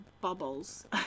bubbles